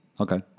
Okay